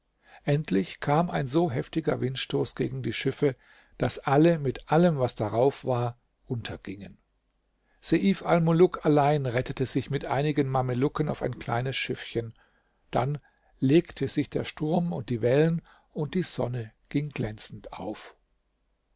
endlich kam ein so heftiger windstoß gegen die schiffe daß alle mit allem was darauf war untergingen seif almuluk allein rettete sich mit einigen mamelucken auf ein kleines schiffchen dann legte sich der sturm und die wellen und die sonne ging glänzend auf